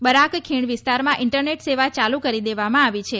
Barack ખીણ વિસ્તારમાં internet સેવા ચાલુ કરી દેવામાં આવી છે